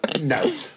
No